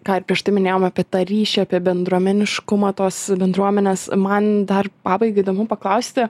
ką ir prieš tai minėjom apie tą ryšį apie bendruomeniškumą tos bendruomenės man dar pabaigai įdomu paklausti